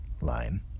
line